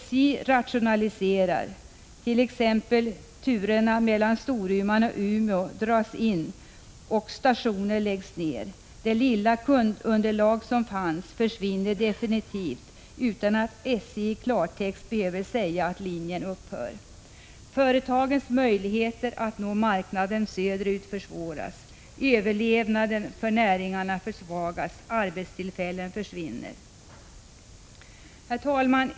SJ rationaliserar — turerna mellan Storuman och Umeå dras in och stationer läggs ner. Det lilla kundunderlag som fanns försvinner definitivt utan att SJ i klartext behöver säga att linjen upphör. Företagens möjligheter att nå marknaden söder ut försvåras. Överlevnaden för näringarna försvagas. Arbetstillfällen försvinner. Herr talman!